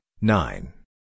nine